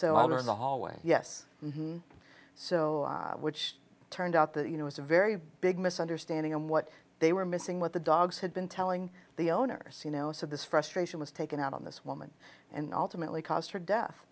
out in the hallway yes so which turned out that you know it's a very big misunderstanding and what they were missing what the dogs had been telling the owners you know so this frustration was taken out on this woman and ultimately caused her death